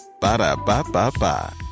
Ba-da-ba-ba-ba